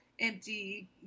empty